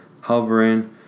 Hovering